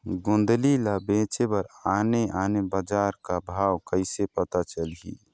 गोंदली ला बेचे बर आने आने बजार का भाव कइसे पता चलही?